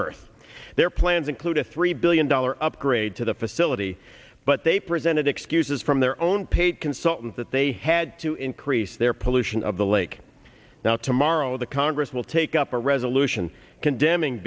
earth their plans include a three billion dollar upgrade to the facility but they presented excuses from their own paid consultants that they had to increase their pollution of the lake now tomorrow the congress will take up a resolution condemning